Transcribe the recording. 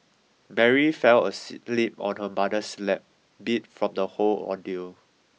Mary fell asleep on her mother's lap beat from the whole ordeal